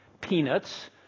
Peanuts